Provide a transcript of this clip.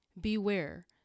Beware